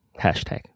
Hashtag